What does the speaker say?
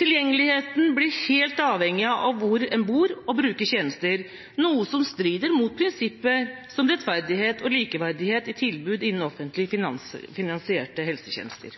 Tilgjengeligheten blir helt avhengig av hvor en bor og bruker tjenester, noe som strider mot prinsipper som rettferdighet og likeverdighet i tilbud innen offentlig finansierte helsetjenester.